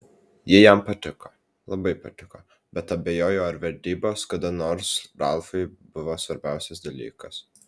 ji jam patiko labai patiko bet abejoju ar vedybos kada nors ralfui buvo svarbiausias dalykas